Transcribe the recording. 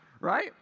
right